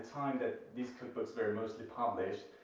time that these cookbooks were mostly published,